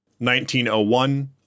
1901